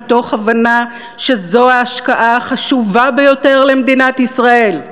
מתוך הבנה שזו ההשקעה החשובה ביותר למדינת ישראל".